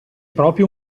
proprio